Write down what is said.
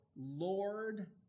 Lord